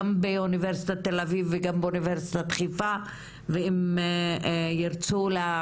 גם באוניברסיטת תל אביב וגם באוניברסיטת חיפה ואם תהיה כוונה